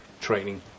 training